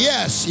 Yes